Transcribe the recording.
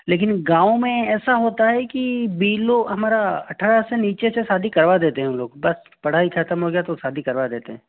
लेकिन गाँव में ऐसा होता है कि भी लोग हमारा अठारह से नीचे से शादी करवा देते हैं वह लोग बस पढ़ाई ख़त्म हो गया तो शादी करवा देते हैं